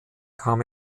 kam